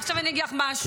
ועכשיו אני אגיד לך משהו.